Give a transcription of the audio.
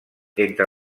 entre